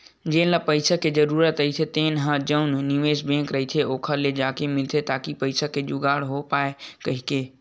जेन ल पइसा के जरूरत रहिथे तेन ह जउन निवेस बेंक रहिथे ओखर ले जाके मिलथे ताकि पइसा के जुगाड़ हो पावय कहिके